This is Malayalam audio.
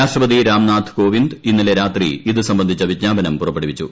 രാഷ്ട്രപതി രാംനാഥ് കോവിന്ദ് ഇന്നലെ രാത്രി ഇതു സംബന്ധിച്ച വിജ്ഞാപനം പുറപ്പെടുവിച്ചു